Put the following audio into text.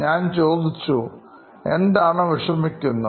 ഞാൻ ചോദിച്ചു എന്താണ് വിഷമിക്കുന്നത്